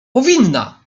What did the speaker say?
powinna